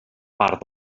part